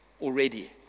already